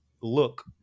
look